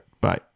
Bye